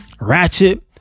ratchet